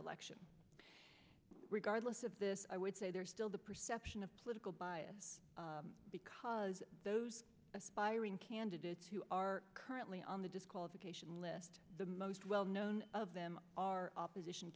election regardless of this i would say there's still the perception of political bias because those aspiring candidates who are currently on the disqualification list the most well known of them are opposition